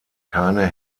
keine